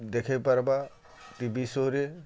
ଦେଖେଇ ପାର୍ବା ଟିଭି ସୋ'ରେ